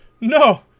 no